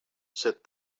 said